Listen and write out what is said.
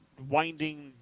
winding